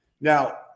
Now